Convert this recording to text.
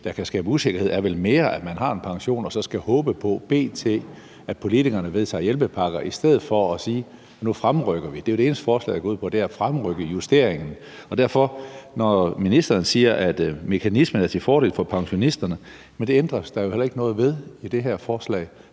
der kan skabe usikkerhed, er vel mere, at man har en pension og så skal håbe på og bede til, at politikerne vedtager hjælpepakker, i stedet for at sige, at nu fremrykker vi det. Det er jo det eneste, forslaget går ud på; det er at fremrykke justeringen. Så når ministeren siger, at mekanismen er til fordel for pensionisterne, vil jeg sige, at det ændres der jo heller ikke noget ved i det her forslag.